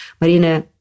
Marina